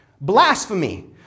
blasphemy